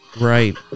Right